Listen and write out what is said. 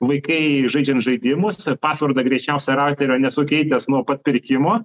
vaikai žaidžiant žaidimus pasvordą greičiausia rauterio nesu keitęs nuo pat pirkimo